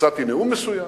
נשאתי נאום מסוים,